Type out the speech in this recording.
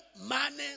money